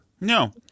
No